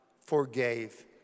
forgave